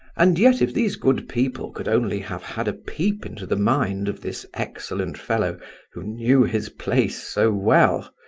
and yet if these good people could only have had a peep into the mind of this excellent fellow who knew his place so well!